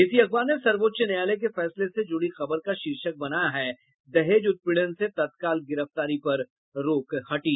इसी अखबार ने सर्वोच्च न्यायालय के फैसले से जुड़ी खबर का शीर्षक बनया है दहेज उत्पीड़न में तत्काल गिरफ्तारी पर रोक हटी